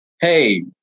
Hey